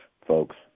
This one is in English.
folks